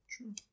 True